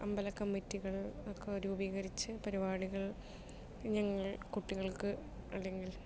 അമ്പല കമ്മിറ്റികൾ ഒക്കെ രൂപീകരിച്ച് പരിപാടികൾ ഞങ്ങൾ കുട്ടികൾക്ക് അല്ലെങ്കിൽ